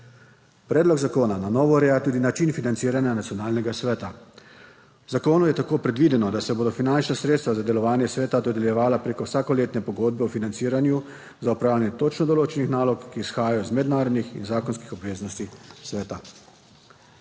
Predlog zakona na novo ureja tudi način financiranja Nacionalnega sveta. V zakonu je tako predvideno, da se bodo finančna sredstva za delovanje sveta dodeljevala prek vsakoletne pogodbe o financiranju za opravljanje točno določenih nalog, ki izhajajo iz mednarodnih in zakonskih obveznosti sveta.